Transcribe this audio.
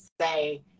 say